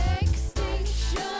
Extinction